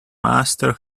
master